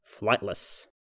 flightless